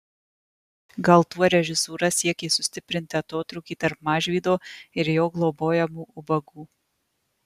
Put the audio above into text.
gal tuo režisūra siekė sustiprinti atotrūkį tarp mažvydo ir jo globojamų ubagų